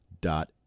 dot